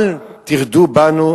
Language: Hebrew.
אל תרדו בנו,